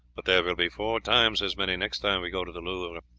but there will be four times as many next time we go to the louvre.